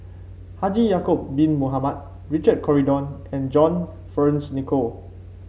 Haji Yaacob Bin Mohamed Richard Corridon and John Fearns Nicoll